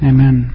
Amen